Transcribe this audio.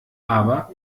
aber